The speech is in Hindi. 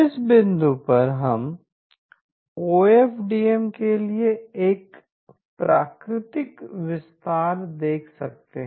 इस बिंदु पर हम ओएफडीएम के लिए एक प्राकृतिक विस्तार देख सकते हैं